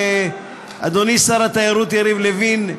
אדוני שר התיירות יריב לוין,